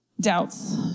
Doubts